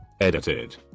Edited